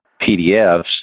PDFs